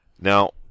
Now